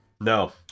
No